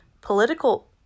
Political